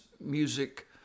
music